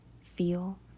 feel